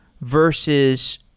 versus